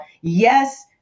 Yes